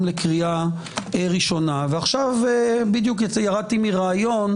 לקריאה ראשונה ועכשיו ירדתי מראיון,